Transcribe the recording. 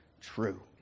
true